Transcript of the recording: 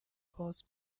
باز